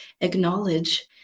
acknowledge